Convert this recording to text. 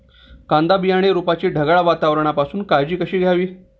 कांदा बियाणे रोपाची ढगाळ वातावरणापासून काळजी कशी घ्यावी?